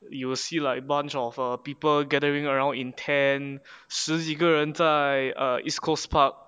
you will see like bunch of err people gathering around in ten 十几个人在 err east coast park